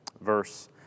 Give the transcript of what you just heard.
verse